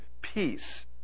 peace